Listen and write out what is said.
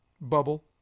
bubble